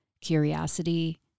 curiosity